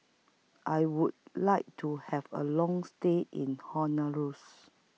I Would like to Have A Long stay in